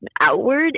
outward